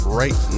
right